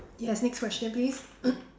yes next question please